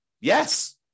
Yes